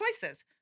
choices